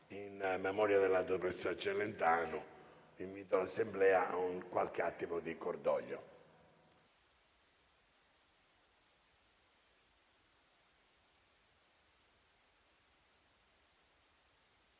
In memoria della dottoressa Celentano invito l'Assemblea ad un attimo di cordoglio.